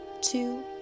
two